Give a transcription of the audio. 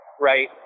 right